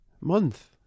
Month